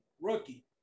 rookie